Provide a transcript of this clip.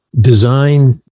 design